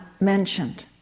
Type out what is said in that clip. mentioned